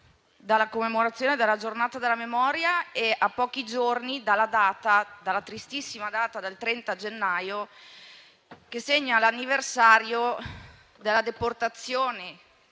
dalla commemorazione della Giornata della memoria e a pochi giorni dalla tristissima data del 30 gennaio, che segna l'anniversario della deportazione